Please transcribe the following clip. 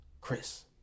Chris